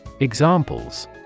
Examples